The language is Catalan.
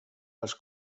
els